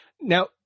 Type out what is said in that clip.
Now